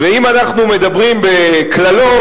ואם אנחנו מדברים בקללות,